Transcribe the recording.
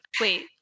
Wait